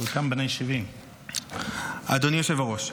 חלקם בני 70. אדוני היושב-ראש,